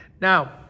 Now